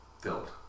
filled